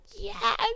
Yes